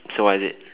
so what is it